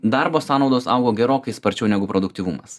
darbo sąnaudos augo gerokai sparčiau negu produktyvumas